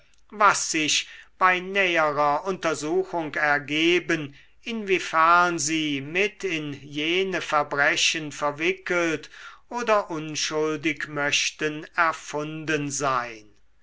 was sich bei näherer untersuchung ergeben inwiefern sie mit in jene verbrechen verwickelt oder unschuldig möchten erfunden sein